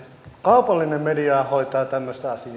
kaupallinen media hoitaa tämmöistä asiaa